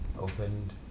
Opened